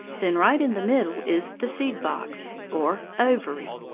then right in the middle is the seed-box, or ovary.